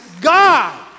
God